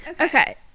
Okay